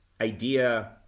idea